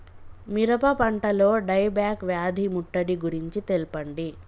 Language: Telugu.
మిరప పంటలో డై బ్యాక్ వ్యాధి ముట్టడి గురించి తెల్పండి?